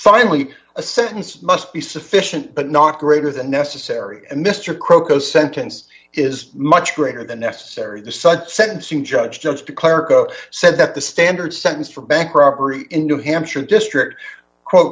finally a sentence must be sufficient but not greater than necessary and mr crocus sentence is much greater than necessary to such sentencing judge judge declare go said that the standard sentence for bank robbery in new hampshire district quote